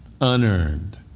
unearned